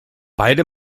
beide